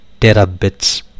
terabits